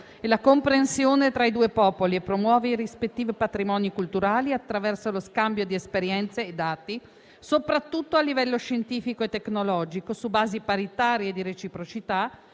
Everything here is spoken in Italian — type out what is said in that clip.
e la comprensione tra i due popoli e promuovere i rispettivi patrimoni culturali attraverso lo scambio di esperienze e dati, soprattutto a livello scientifico e tecnologico, su basi paritarie e di reciprocità,